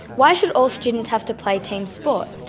why should all students have to play teams sport?